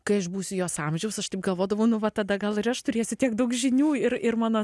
kai aš būsiu jos amžiaus aš taip galvodavau nu va tada gal ir aš turėsiu tiek daug žinių ir ir mano